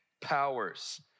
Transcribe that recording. powers